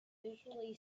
usually